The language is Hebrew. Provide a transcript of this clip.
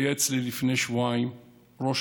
היה אצלי לפני שבועיים ראש מועצה,